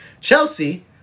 Chelsea